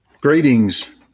greetings